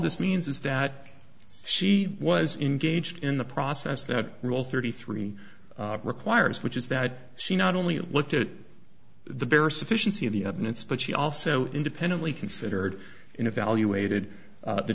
this means is that she was engaged in the process that rule thirty three requires which is that she not only looked at the bare sufficiency of the evidence but she also independently considered evaluated the t